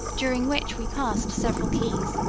during which we passed several keys,